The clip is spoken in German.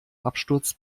absturz